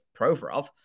Provorov